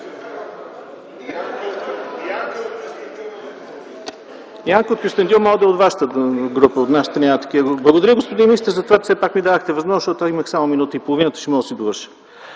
Янка от Кюстендил може да е от вашата група, от нашата няма такава. Благодаря, господин министър, за това, че все пак ми дадохте възможност, защото имах само минута и половина – ще мога да си довърша.